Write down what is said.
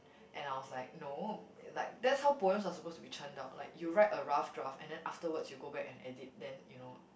and I was like no like that's how poems are supposed to be churned out like you write a rough draft and then afterwards you go back and edit then you know